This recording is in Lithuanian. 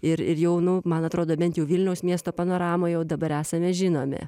ir ir jau nu man atrodo bent jau vilniaus miesto panoramoj jau dabar esame žinomi